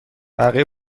بقیه